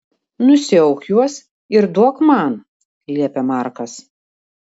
nusiauk juos ir duok man liepia markas